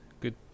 good